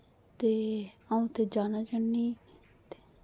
ते अ'ऊं उत्थै जाना चाह्न्नीं